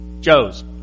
Joe's